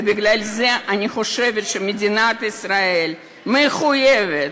ובגלל זה אני חושבת שמדינת ישראל מחויבת,